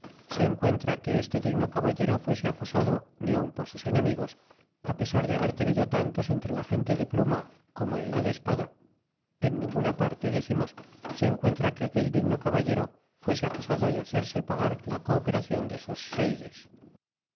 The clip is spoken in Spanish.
se encuentra que este digno caballero fuese acusado ni aun por sus enemigos apesar de haber tenido tantos entre la gente de pluma como en la de espada en ninguna parte decimos se encuentra que aquel digno caballero fuese acusado de hacerse pagar la cooperacion de sus seides